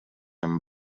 amb